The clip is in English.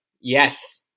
Yes